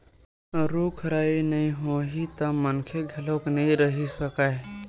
रूख राई नइ होही त मनखे घलोक नइ रहि सकय